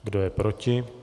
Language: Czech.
Kdo je proti?